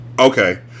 Okay